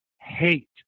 hate